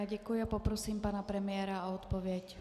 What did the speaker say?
Děkuji a poprosím pana premiéra o odpověď.